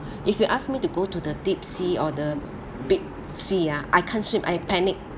if you ask me to go to the deep sea or the big sea ah I can't swim I panic